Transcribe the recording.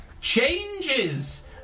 changes